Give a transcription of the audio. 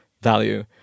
value